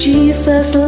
Jesus